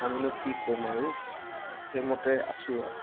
আমিনো কি ক'ম আৰু সেইমতে আছোঁ আৰু